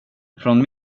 från